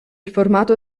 formato